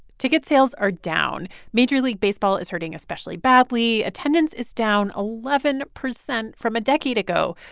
ticket sales are down. major league baseball is hurting especially badly. attendance is down eleven percent from a decade ago.